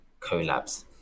collabs